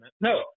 No